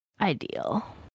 ideal